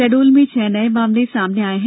शहडोल में छह नये मामले सामने आये हैं